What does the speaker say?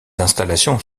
installations